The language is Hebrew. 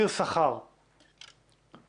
כי הוא סבר שיש מקום לבקש מהוועדה,